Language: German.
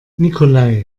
nikolai